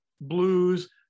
blues